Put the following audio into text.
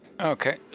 Okay